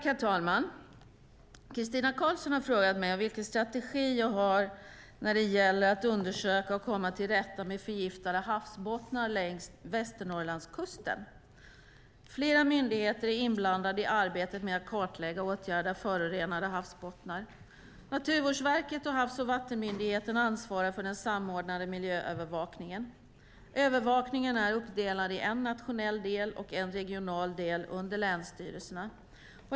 Herr talman! Christina Karlsson har frågat mig vilken strategi jag har när det gäller att undersöka och komma till rätta med förgiftade havsbottnar längs Västernorrlandskusten. Flera myndigheter är inblandade i arbetet med att kartlägga och åtgärda förorenade havsbottnar. Naturvårdsverket och Havs och vattenmyndigheten ansvarar för den samordnade miljöövervakningen. Övervakningen är uppdelad i en nationell del och en regional del under länsstyrelserna.